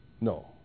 no